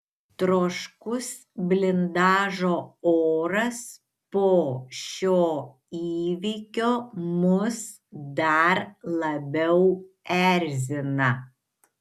troškus blindažo oras po šio įvykio mus dar labiau erzina